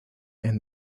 and